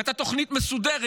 והייתה תוכנית מסודרת,